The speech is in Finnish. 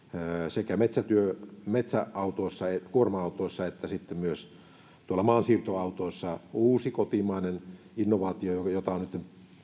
sekä metsäautoissa kuorma autoissa että myös maansiirtoautoissa uusi kotimainen innovaatio jota on nyt nyt